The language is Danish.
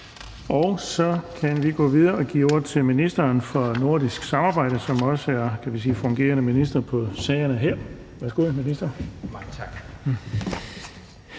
Og så kan vi gå videre og give ordet til ministeren for nordisk samarbejde, som også er fungerende minister på sagerne her. Værsgo til ministeren. Kl.